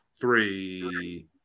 three